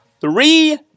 three